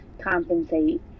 compensate